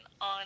on